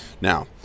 Now